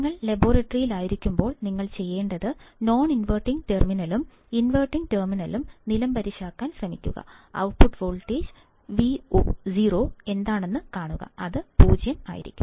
നിങ്ങൾ ലബോറട്ടറിയിൽ ആയിരിക്കുമ്പോൾ നിങ്ങൾ ചെയ്യേണ്ടത് നോൺഇൻവെർട്ടിംഗ് ടെർമിനലും ഇൻവെർട്ടിംഗ് ടെർമിനലും നിലംപരിശാക്കാൻ ശ്രമിക്കുക ഔട്ട്പുട്ട് വോൾട്ടേജ് Vo എന്താണെന്ന് കാണുക അത് 0 ആയിരിക്കണം